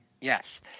Yes